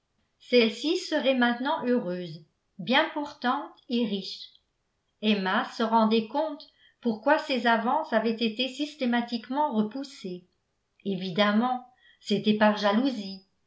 celle-ci serait maintenant heureuse bien portante et riche emma se rendait compte pourquoi ses avances avaient été systématiquement repoussées évidemment c'était par jalousie